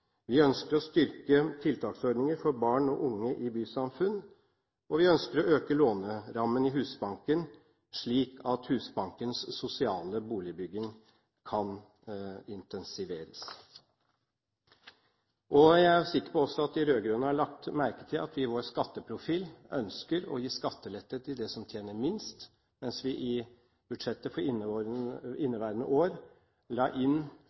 Vi ønsker å styrke tiltaksordninger for barn og unge i bysamfunn, og vi ønsker å øke lånerammene i Husbanken, slik at Husbankens sosiale boligbygging kan intensiveres. Jeg er sikker på at de rød-grønne også har lagt merke til at vi i vår skatteprofil ønsker å gi skattelette for dem som tjener minst, mens vi i budsjettet for inneværende år la inn